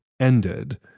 Ended